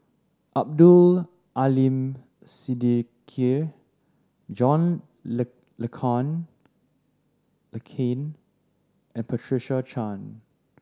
Abdul Aleem Siddique John Le Le calm Le Cain and Patricia Chan